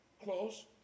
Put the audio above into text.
Close